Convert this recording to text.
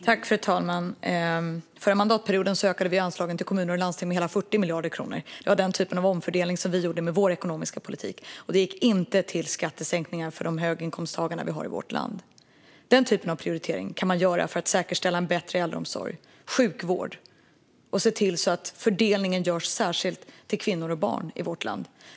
Fru talman! Under den förra mandatperioden ökade vi anslagen till kommuner och landsting med hela 40 miljarder kronor. Det var den typen av omfördelning som vi gjorde med vår ekonomiska politik, och pengarna gick inte till skattesänkningar för de höginkomsttagare vi har i vårt land. Den typen av prioritering kan man göra för att säkerställa bättre äldreomsorg och sjukvård och för att se till att fördelningen görs särskilt till kvinnor och barn i vårt land.